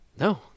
No